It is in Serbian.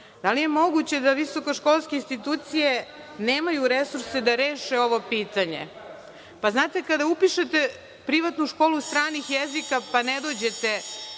li je moguće da visokoškolske institucije nemaju resurse da reše ovo pitanje? Znate, kada upišete privatnu školu stranih jezika, pa ne dođete